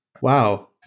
Wow